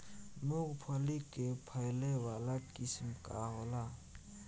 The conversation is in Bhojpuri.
मूँगफली के फैले वाला किस्म का होला?